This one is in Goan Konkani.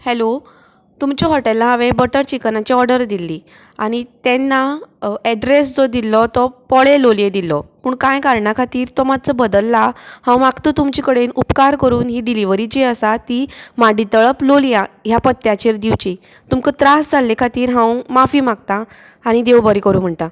हॅलो तुमच्या हॉटेलांंत हांवें बटर चिकनाची ओर्डर दिल्ली आनी तेन्ना एड्रॅस जो दिल्लो तो पोळे लोलये दिल्लो पूण कांय कारणा खातीर तो मात्सो बदल्ला हांव मागता तुमचे कडेन उपकार करून ही डिलीवरी जी आसा ती माड्डीतळप लोलयां ह्या पत्त्याचेर दिवची तुमकां त्रास जाल्ल्या खातीर हांव माफी मागता आनी देव बरें करूं म्हण्टा